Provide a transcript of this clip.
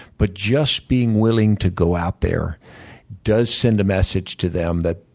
but just being willing to go out there does send a message to them that